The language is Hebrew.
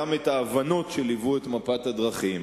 וגם את ההבנות שליוו את מפת הדרכים,